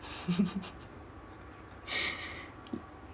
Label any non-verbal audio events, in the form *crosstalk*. *laughs*